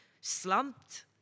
slumped